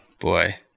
boy